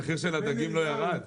הדגים לא ירד?